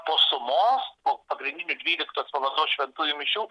po sumos po pagrindinių dvyliktos valandos šventųjų mišių